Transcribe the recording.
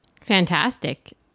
Fantastic